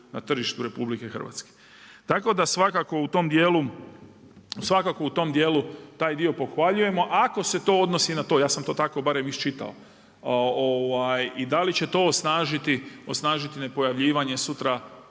na tržištu RH. Tako da svakako u tom djelu, taj dio pohvaljujemo ako se to odnosi na to ja sam to tako barem iščitao. I da li će to osnažiti nepojavljivanje sutra